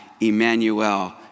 Emmanuel